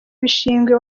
bishingwe